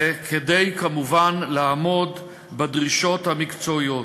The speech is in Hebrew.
כמובן, כדי לעמוד בדרישות המקצועיות.